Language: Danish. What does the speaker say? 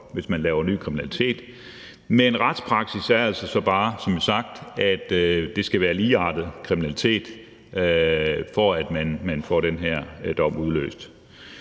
hvis man begår ny kriminalitet. Men retspraksis er som sagt altså bare, at det skal være ligeartet kriminalitet, for at den her dom bliver udløst.